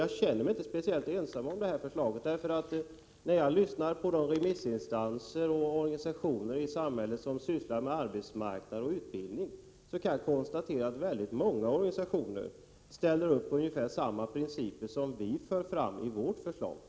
Jag känner mig inte speciellt ensam om det, för när jag lyssnar på remissinstanser och organisationer i samhället som sysslar med arbetsmarknad och utbildning kan jag konstatera att de väldigt många gånger ställer upp ungefär samma principer som vi för fram i vårt förslag.